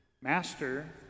Master